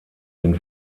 den